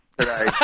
today